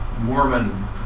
Mormon